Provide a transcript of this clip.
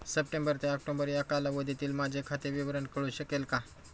September ते October या कालावधीतील माझे खाते विवरण कळू शकेल का?